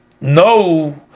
no